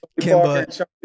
Kimba